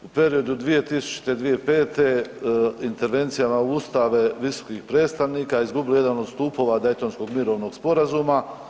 U periodu 2000.-2005. intervencijama u ustave visokih predstavnika izgubili jedan od stupova Daytonskog mirovnog sporazuma.